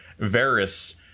Varys